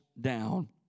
down